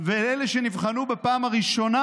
ואלה שנבחנו בפעם הראשונה,